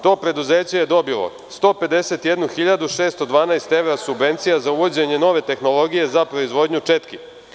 To preduzeće je dobilo 151.612 evra subvencija za uvođenje nove tehnologije, za proizvodnju četki.